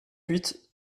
huit